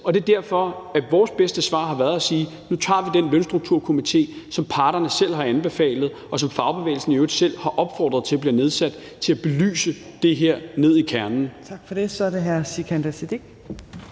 Det er derfor, vores bedste svar har været at sige, at nu tager vi den lønstrukturkomité, som parterne selv har anbefalet, og som fagbevægelsen i øvrigt selv har opfordret til bliver nedsat, til at belyse det her ned i kernen. Kl. 17:08 Fjerde næstformand (Trine